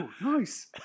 nice